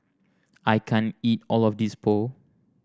I can't eat all of this Pho